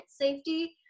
safety